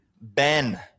Ben